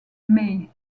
may